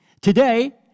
Today